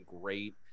great